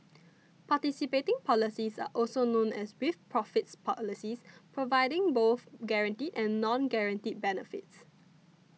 participating policies are also known as with profits policies providing both guaranteed and non guaranteed benefits